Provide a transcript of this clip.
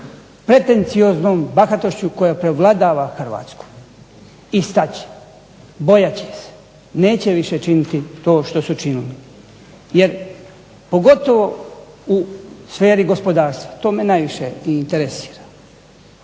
pretencioznom bahatošću koja prevladava Hrvatsku i stat će, bojat će se, neće više činiti to što su činili. Jer pogotovo u sferi gospodarstva to me i najviše interesira.